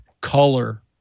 color